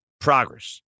progress